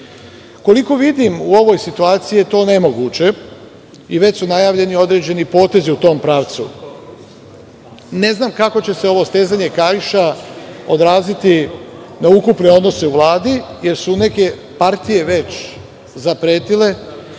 vidim, u ovoj situaciji je to nemoguće i već su najavljeni određeni potezi u tom pravcu. Ne znam kako će se ovo stezanje kaiša odraziti na ukupne odnose u Vladi, jer su neke partije već zapretile